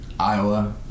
Iowa